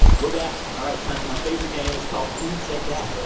we're back. all right, it's time for my favorite game. it's called who said that